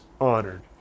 honored